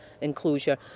enclosure